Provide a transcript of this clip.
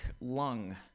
lung